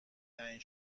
تعیین